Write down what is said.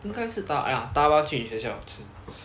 应该是塔啊搭 bus 去你学校吃